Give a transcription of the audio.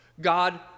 God